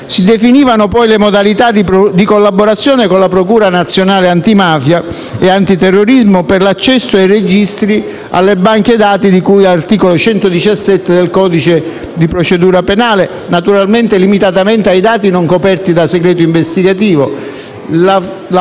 Si definivano poi le modalità di collaborazione con la Procura nazionale antimafia e antiterrorismo per l'accesso ai registri e alle banche dati di cui all'articolo 117 del codice di procedura penale, naturalmente limitatamente ai dati non coperti da segreto investigativo.